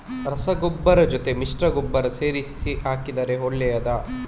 ರಸಗೊಬ್ಬರದ ಜೊತೆ ಮಿಶ್ರ ಗೊಬ್ಬರ ಸೇರಿಸಿ ಹಾಕಿದರೆ ಒಳ್ಳೆಯದಾ?